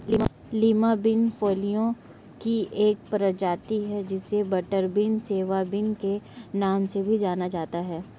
Lima bean फलियों की एक प्रजाति है जिसे बटरबीन, सिवा बिन के नाम से भी जाना जाता है